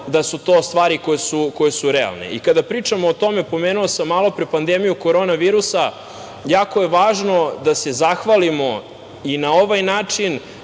da su to stvari koje su realne. Kada pričamo o tome, pomenuo sam malopre pandemiju korona virusa, jako je važno da se zahvalimo i na ovaj način,